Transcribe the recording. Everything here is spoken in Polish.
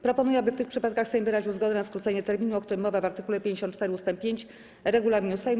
Proponuję, aby w tych przypadkach Sejm wyraził zgodę na skrócenie terminu, o którym mowa w art. 54 ust. 5 regulaminu Sejmu.